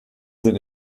sind